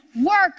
work